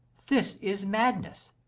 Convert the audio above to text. this is madness.